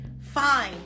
fine